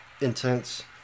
intense